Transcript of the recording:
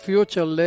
Future